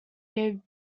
gave